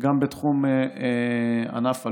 גם בתחום ענף הלול,